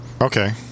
Okay